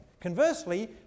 Conversely